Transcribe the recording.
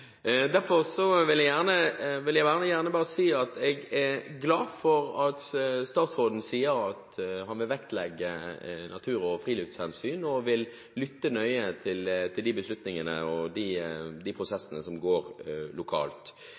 vil jeg gjerne si at jeg er glad for at statsråden sier han vil vektlegge natur- og friluftshensyn og lytte nøye til beslutningene og prosessene som går lokalt.